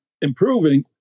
improving